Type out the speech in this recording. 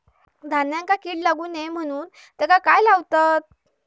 धान्यांका कीड लागू नये म्हणून त्याका काय लावतत?